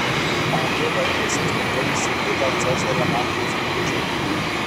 abu laikėsi tvirtai įsikibę cezario mantijos likučių